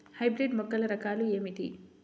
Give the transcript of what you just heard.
Hybrid మొక్కల రకాలు ఏమిటీ?